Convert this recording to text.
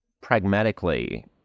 pragmatically